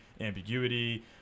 ambiguity